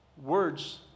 words